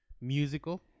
musical